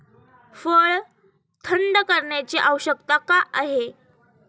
फळ थंड करण्याची आवश्यकता का आहे?